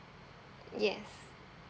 yes